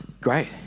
Great